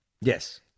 Yes